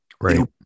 right